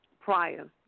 prior